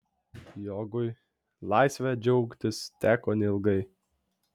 jogui laisve džiaugtis teko neilgai